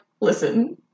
listen